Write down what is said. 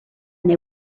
they